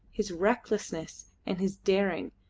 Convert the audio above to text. his recklessness and his daring,